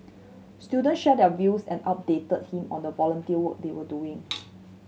student shared their views and updated him on the volunteer work they were doing